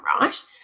right